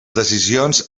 decisions